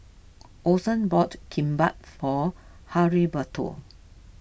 Orson bought Kimbap for Heriberto